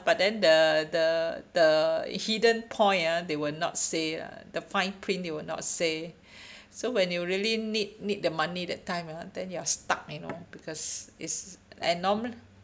but then the the the hidden point ah they will not say ah the fine print they will not say so when you really need need the money that time ah then you are stuck you know because it's and normal